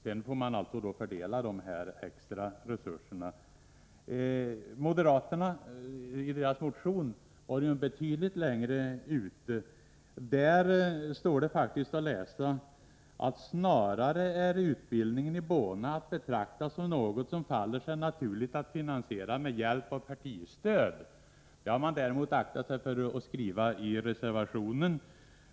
Sedan får man givetvis fördela de extra resurserna. I sin motion går moderaterna betydligt längre. Där står faktiskt att läsa, att utbildningen i Bona snarare är att betrakta som något som faller sig naturligt att finansiera med hjälp av partistöd. Det har man aktat sig för att skriva i reservationen.